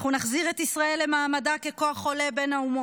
אנחנו נחזיר את ישראל למעמדה ככוח עולה בין האומות.